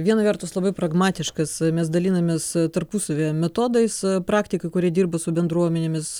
viena vertus labai pragmatiškas mes dalinamės tarpusavyje metodais praktika kuri dirba su bendruomenėmis